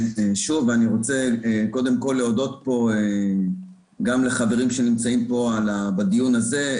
אני רוצה קודם כל להודות פה גם לחברים שנמצאים פה בדיון הזה,